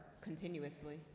Continuously